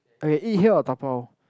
okay eat here or dabao